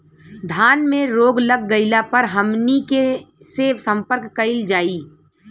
धान में रोग लग गईला पर हमनी के से संपर्क कईल जाई?